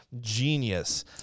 genius